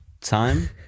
time